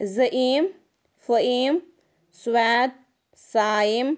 Zaeem Faheem Suwaid Saim